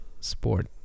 sport